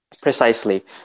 Precisely